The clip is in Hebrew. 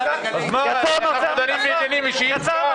ראינו מה קרה עם החוק של קרן ברק כמה פעמים הוא כבר נדחה.